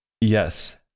Yes